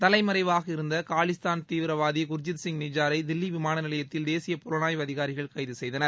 தலைமறைவாக இருந்த காலிஸ்தான் தீவிரவாதி குர்ஜித் சிங் நிஜ்ஜாரை தில்வி விமான நிலையத்தில் தேசிய புலனாய்வு அதிகாரிகள் கைது செய்தனர்